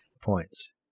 points